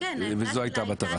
וזו הייתה המטרה.